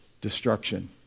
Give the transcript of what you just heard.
destruction